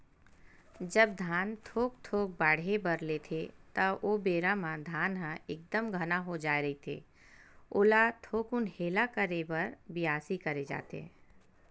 जब धान थोक थोक बाड़हे बर लेथे ता ओ बेरा म धान ह एकदम घना हो जाय रहिथे ओला थोकुन हेला करे बर बियासी करे जाथे